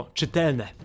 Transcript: czytelne